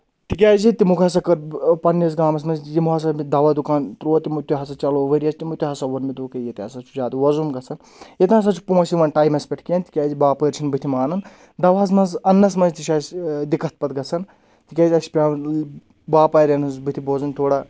تِکیٛازِ تِمو ہَسا کٔر پَنٕنِس گامَس منٛز یِمو ہَسا دَوا دُکان تروو تِمو تہِ ہسا چلیو ؤریَس تِمو تہِ ہَسا ووٚنمُت ییٚتہِ ہَسا چھُ زیادٕ وَضُم گژھان ییٚتہِ نَسا چھُ پونٛسہٕ یِوان ٹایمَس پؠٹھ کینٛہہ تِکیازِ باپٲرۍ چھِنہٕ بٕتھِ مانان دَواہَس منٛز اَننَس منٛز تہِ چھُ اَسہِ دِکت پَتہٕ گژھان تِکیٛازِ اَسہِ چھُ پؠوَان باپارؠن ہٕنٛز بٕتھِ بوزُن تھوڑا